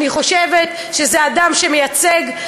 אני חושבת שזה אדם שמייצג,